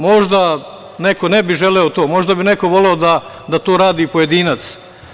Možda neko ne bi želeo to, a možda bi neko voleo da to radi pojedinac.